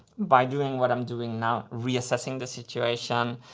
by doing what i'm doing now, reassessing the situation,